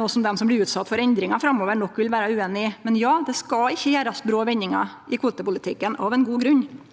noko dei som blir utsette for endringar framover, nok vil vere ueinig i. Men ja, det skal ikkje gjerast brå vendingar i kvotepolitikken, og av ein god grunn: